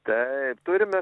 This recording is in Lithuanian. taip turime